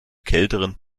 kälteren